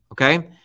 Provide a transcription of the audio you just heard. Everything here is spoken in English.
Okay